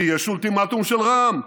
כי יש אולטימטום של רע"מ.